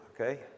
Okay